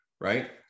right